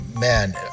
man